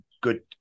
good